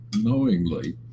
knowingly